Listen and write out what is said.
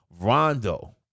Rondo